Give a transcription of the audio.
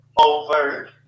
over